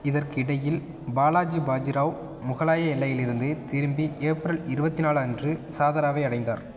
இதற்கிடையில் பாலாஜி பாஜி ராவ் முகலாய எல்லையில் இருந்து திரும்பி ஏப்ரல் இருபத்தி நாலு அன்று சதாராவை அடைந்தார்